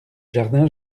jardin